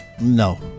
No